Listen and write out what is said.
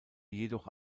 jedoch